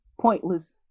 pointless